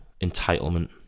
entitlement